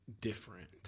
different